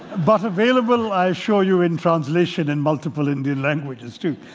but available i'll show you in translation in multiple indian languages too.